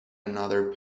another